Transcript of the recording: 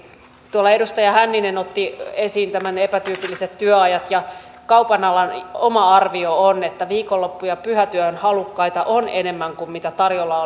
tuolla edustaja hänninen otti esiin nämä epätyypilliset työajat ja kaupan alan oma arvio on että viikonloppu ja pyhätyöhön halukkaita on enemmän kuin mitä tarjolla